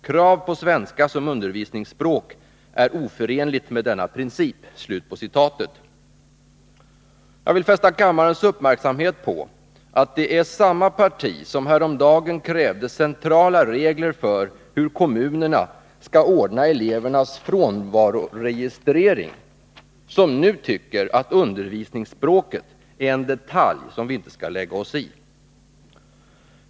Krav på svenska som undervisningsspråk är oförenligt med denna princip.” Jag vill fästa kammarens uppmärksamhet på att samma parti som häromdagen krävde centrala regler för hur kommunerna skall ordna elevernas frånvaroregistrering nu tycker att undervisningsspråket är en detalj som vi inte skall lägga oss i.